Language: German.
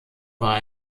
war